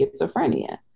schizophrenia